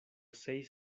seis